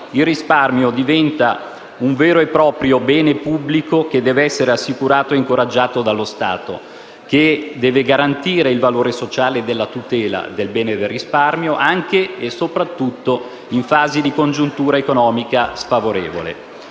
il risparmio diventa un vero e proprio bene pubblico che deve essere assicurato e incoraggiato dallo Stato, che deve garantire il valore sociale della tutela del bene «risparmio», anche e soprattutto in fasi di congiuntura economica sfavorevole.